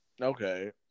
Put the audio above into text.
Okay